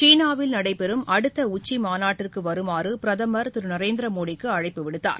சீனாவில் நடைபெறும் அடுத்தஉச்சிமாநாட்டிற்குவருமாறுபிரதமர் திருமோடிக்குஅழைப்பு விடுத்தார்